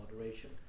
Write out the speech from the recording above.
moderation